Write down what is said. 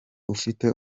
ufite